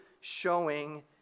showing